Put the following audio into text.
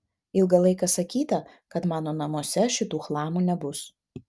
ilgą laiką sakyta kad mano namuose šitų chlamų nebus